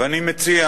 ואני מציע